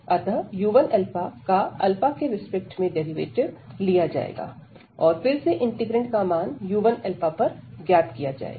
अतः u1 का के रिस्पेक्ट में डेरिवेटिव लिया जाएगा और फिर से इंटीग्रैंड का मान u1 पर ज्ञात किया जाएगा